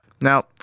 Now